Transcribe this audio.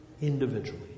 individually